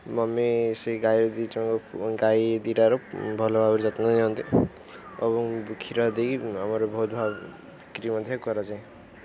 mummy ସେଇ ଗାଈ ଗାଈ ଦୁଇଟାରୁ ଭଲ ଭାବରେ ଯତ୍ନ ନିଅନ୍ତି ଏବଂ କ୍ଷୀର ଦେଇକି ଆମର ବହୁତ ବିକ୍ରି ମଧ୍ୟ କରାଯାଏ